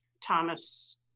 Thomas